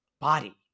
body